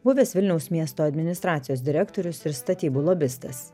buvęs vilniaus miesto administracijos direktorius ir statybų lobistas